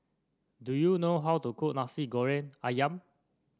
do you know how to cook Nasi Goreng ayam